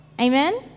Amen